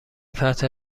فتح